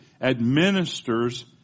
administers